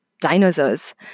dinosaurs